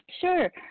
Sure